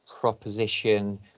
proposition